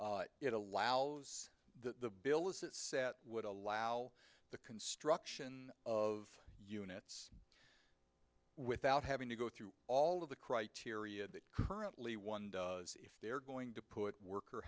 it allows that the bill is that set would allow the construction of units without having to go through all of the criteria that currently one does if they're going to put work or